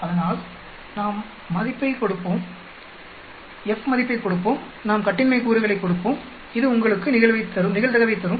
அதனால்நாம் F மதிப்பைக் கொடுப்போம் நாம் கட்டின்மை கூறுகளைக் கொடுப்போம் இது உங்களுக்கு நிகழ்தகவைத் தரும்